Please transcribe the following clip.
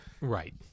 Right